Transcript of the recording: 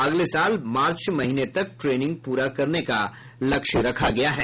अगले साल मार्च महीने तक ट्रेनिंग पूरा करने का लक्ष्य रखा गया है